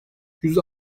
yüz